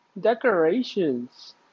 decorations